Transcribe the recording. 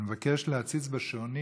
אני מבקש להציץ בשעונים,